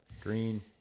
Green